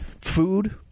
food